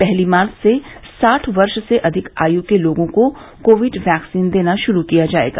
पहली मार्च से साठ वर्ष से अधिक आय के लोगों को कोविड वैक्सीन देना शुरू किया जायेगा